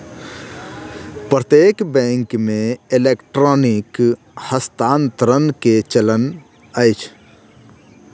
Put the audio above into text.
प्रत्यक्ष बैंक मे इलेक्ट्रॉनिक हस्तांतरण के चलन अछि